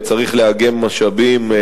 צריך לאגם משאבים,